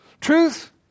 Truth